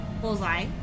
Bullseye